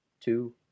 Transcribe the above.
two